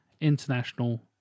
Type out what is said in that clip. International